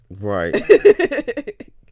Right